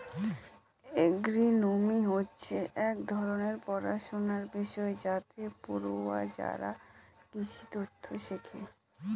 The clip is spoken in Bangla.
এগ্রোনোমি হচ্ছে এক ধরনের পড়াশনার বিষয় যাতে পড়ুয়ারা কৃষিতত্ত্ব শেখে